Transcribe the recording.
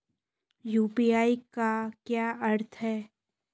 UPI का क्या अर्थ है?